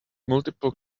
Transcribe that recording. multiple